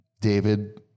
David